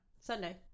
sunday